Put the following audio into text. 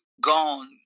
gone